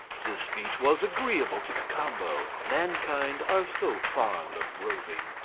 this speech was agreeable to cacambo mankind are so fond of roving,